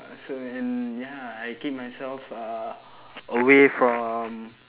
so and ya I keep myself uh away from